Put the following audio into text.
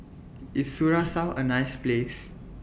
IS Curacao A nice Place